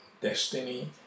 destiny